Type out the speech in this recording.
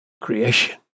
creation